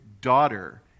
daughter